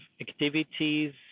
activities